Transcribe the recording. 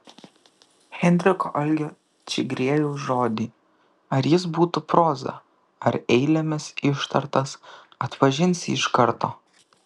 henriko algio čigriejaus žodį ar jis būtų proza ar eilėmis ištartas atpažinsi iš karto